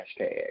hashtag